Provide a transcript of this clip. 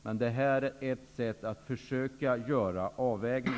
Det här är dock ett sätt att försöka göra en avvägning.